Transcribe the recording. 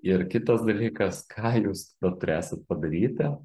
ir kitas dalykas ką jūs tada turėsit padaryti